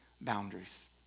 boundaries